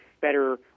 better